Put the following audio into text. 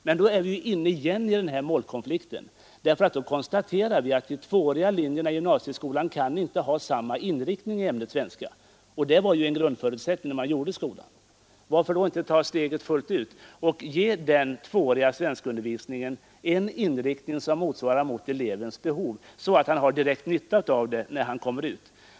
Men då är vi åter inne i den här målkonflikten, då vi konstaterar att de tvååriga linjerna i gymnasieskolan inte kan ha samma inriktning i ämnet svenska — och det var ju ändå en grundförutsättning när denna skola skapades. Varför då inte ta steget fullt ut och ge den tvååriga svenskundervisningen en inriktning och utformning som svarar mot elevens behov, så att han har direkt nytta av det när han kommer ut?